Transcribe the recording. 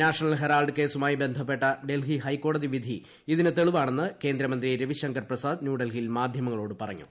national Herald കേസുമായി ബന്ധപ്പെട്ട ഡൽഹീ ഹൈക്കോടതി വിധി ഇതിനു തെളിവാണെന്ന് കേന്ദ്രമുന്തി രവിശങ്കർ പ്രസാദ് ന്യൂഡൽഹിയിൽ മാധ്യമങ്ങളോടു പറഞ്ഞു